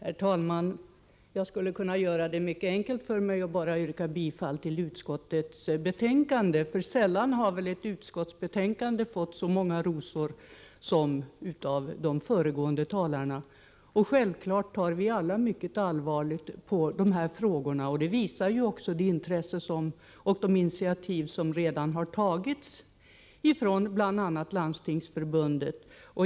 Herr talman! Jag skulle kunna göra det mycket enkelt för mig och bara yrka bifall till utskottets hemställan. Sällan har väl ett utskottsbetänkande fått så många rosor som detta har fått av de föregående talarna. Självklart tar vi alla mycket allvarligt på de här frågorna. Det framkommer också av det intresse som har visats och av de initiativ som redan har tagits av bl.a. Landstingsförbundet.